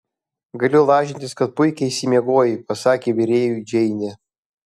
galiu lažintis kad puikiai išsimiegojai pasakė virėjui džeinė